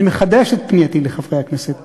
אני מחדש את פנייתי לחברי הכנסת